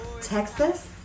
Texas